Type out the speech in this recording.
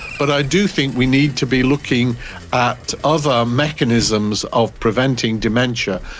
but i do think we need to be looking at other mechanisms of preventing dementia,